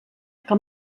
que